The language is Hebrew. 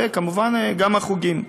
וכמובן גם החוגים.